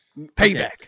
Payback